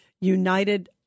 United